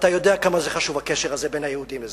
אתה יודע כמה חשוב הקשר הזה בין היהודים לזה,